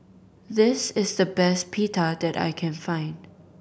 this is the best Pita that I can find